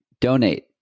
donate